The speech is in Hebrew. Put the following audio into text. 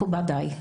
מכובדיי,